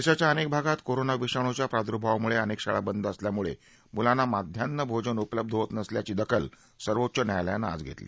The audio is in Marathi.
देशांच्या अनेक भागात कोरोना विषाणूच्या प्रादुर्भावामुळे अनेक शाळा बंद असल्यामुळे मुलांना मध्यान्ह भोजन उपलब्ध होत नसल्याची दखल सर्वोच्च न्यायालयानं आज घेतली